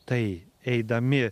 tai eidami